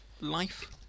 life